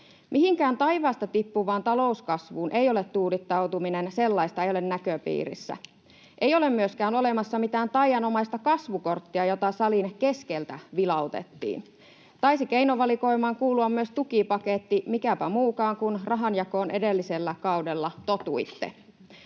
Mihinkään taivaasta tippuvaan talouskasvuun ei ole tuudittautuminen, sellaista ei ole näköpiirissä. Ei ole myöskään olemassa mitään taianomaista kasvukorttia, jota salin keskeltä vilautettiin. Taisi keinovalikoimaan kuulua myös tukipaketti, mikäpä muukaan, kun rahanjakoon edellisellä kaudella totuitte.